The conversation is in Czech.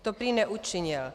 To prý neučinil.